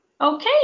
Okay